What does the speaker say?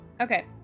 okay